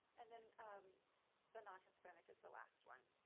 and then the non ispanic is the last one.